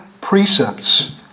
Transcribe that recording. precepts